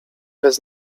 bez